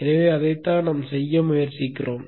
எனவே அதைத்தான் நாம் செய்ய முயற்சிப்போம்